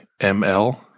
ml